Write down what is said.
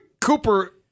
Cooper